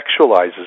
sexualizes